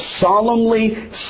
solemnly